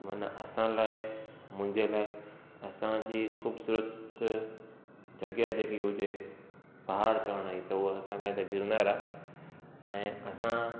माना असां लाइ मुंहिंजे लाइ असांजी ख़ूबसूरत जॻह जेकी हुजे पहाड़ चढ़ण जी त उह असां लाइ गिरनार आहे ऐं असां